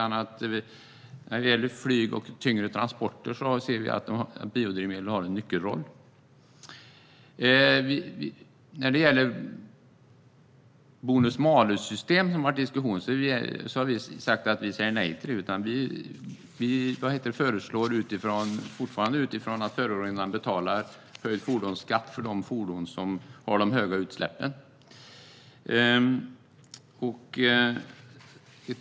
När det gäller flyg och tyngre transporter ser vi att biodrivmedel har en nyckelroll. När det gäller bonus-malus-system som har diskuterats har vi sagt att vi säger nej till det. Vi föreslår fortfarande utifrån att förorenaren betalar en höjd fordonsskatt för de fordon som har de höga utsläppen.